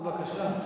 בבקשה.